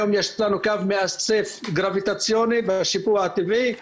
היום יש לנו קו מאסף גרביטציוני בשיפוע הטבעי.